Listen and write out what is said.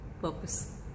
purpose